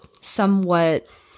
somewhat